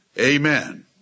Amen